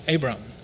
Abram